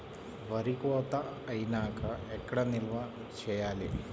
వరి కోత అయినాక ఎక్కడ నిల్వ చేయాలి?